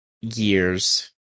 years